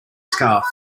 scarf